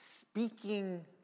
speaking